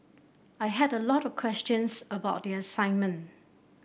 I had a lot of questions about the assignment